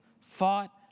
fought